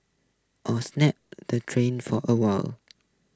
or snap the train for awhile